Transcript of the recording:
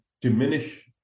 diminish